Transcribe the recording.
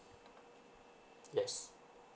yes